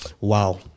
Wow